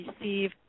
receive